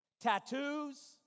tattoos